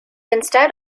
instead